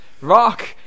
Rock